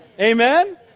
Amen